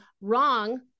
wrong